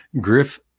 Griff